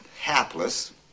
hapless